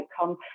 outcome